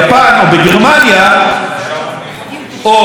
או על בדיקת היצרן, יוכל